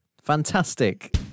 Fantastic